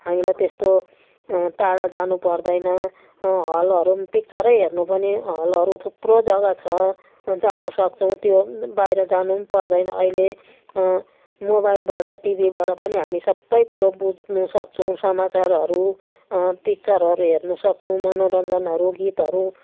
हामीलाई त्यस्तो टाढा जानुपर्दैन हलहरू पनि पिक्चरै हेर्नु पनि हलहरू थुप्रो जग्गा छ जानसक्छौँ त्यो बाहिर जानु पनि पर्दैन अहिले मोबाइलबाट टिभीबाट पनि हामी सबै कुरो बुझ्नुसक्छौँ समाचारहरू पिक्चरहरू हेर्नुसक्छौँ मनोरन्जनहरू गीतहरू